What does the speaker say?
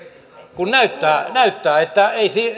kun näyttää näyttää että ei